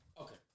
Okay